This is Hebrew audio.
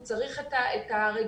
הוא צריך את הרגיעה,